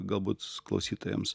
galbūt klausytojams